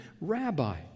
Rabbi